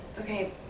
okay